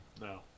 No